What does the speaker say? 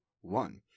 one